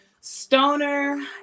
stoner